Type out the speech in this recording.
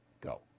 Go